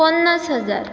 पन्नास हजार